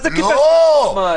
מה זה קיבל קנס פעמיים?